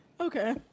Okay